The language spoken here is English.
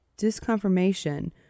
disconfirmation